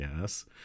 yes